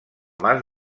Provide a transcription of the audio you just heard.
mas